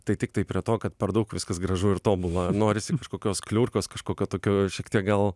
tai tiktai prie to kad per daug viskas gražu ir tobula norisi kažkokios kliūrkos kažkokio tokio šiek tiek gal